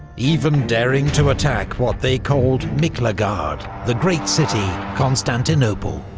even daring to attack what they called miklagard, the great city, constantinople.